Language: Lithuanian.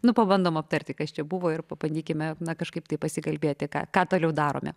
nu pabandom aptarti kas čia buvo ir pabandykime na kažkaip tai pasikalbėti ką ką toliau darome